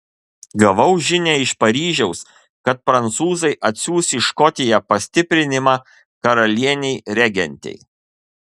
gavau žinią iš paryžiaus kad prancūzai atsiųs į škotiją pastiprinimą karalienei regentei